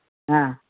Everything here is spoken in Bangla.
হ্যাঁ